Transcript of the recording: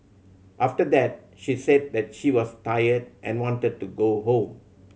after that she said that she was tired and wanted to go home